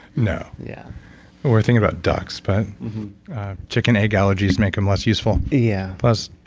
no. yeah we're thinking about ducks, but chicken egg allergies make them less useful yeah plus,